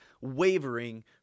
wavering